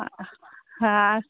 হ্যাঁ